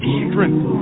strength